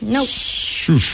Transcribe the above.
Nope